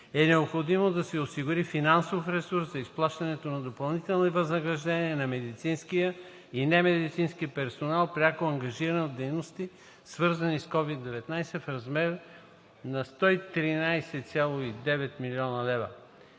е необходимо да се осигури финансов ресурс за изплащането на допълнителните възнаграждения на медицинския и немедицинския персонал, пряко ангажиран с дейности, свързани с COVID-19, в размер на до 113,9 млн. лв.